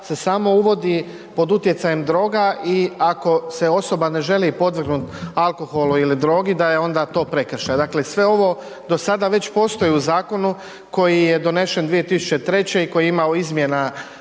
se samo uvodi pod utjecajem droga i ako se osoba ne želi podvrgnut alkoholu ili drogi da je to prekršaj. Dakle sve ovo do sada već postoji u zakonu koji je donesen 2003. i koji je imao izmjena